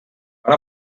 per